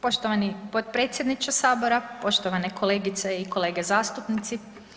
Poštovani potpredsjedniče sabora, poštovane kolegice i kolege zastupnici.